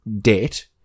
debt